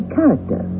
character